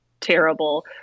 Terrible